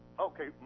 Okay